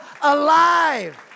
alive